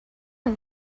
and